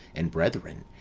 and brethren,